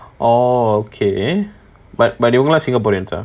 orh okay bu~ but they are not singaporeans ah